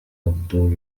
abdoul